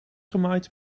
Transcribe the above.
gemaaid